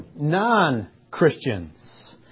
non-Christians